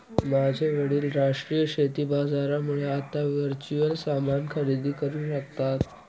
माझे वडील राष्ट्रीय शेती बाजारामुळे आता वर्च्युअल सामान खरेदी करू शकता